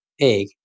egg